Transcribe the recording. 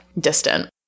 distant